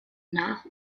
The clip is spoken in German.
nach